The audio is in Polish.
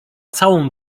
całą